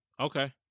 Okay